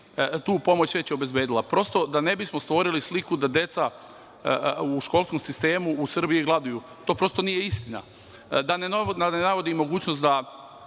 tu pomoć već obezbedila. Prosto, da ne bismo stvorili sliku da deca u školskom sistemu u Srbiji gladuju. To prosto nije istina. Da ne navodim mogućnost da